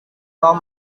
tom